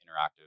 interactive